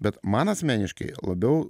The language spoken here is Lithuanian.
bet man asmeniškai labiau